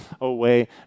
away